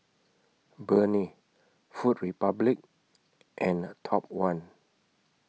Burnie Food Republic and Top one